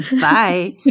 bye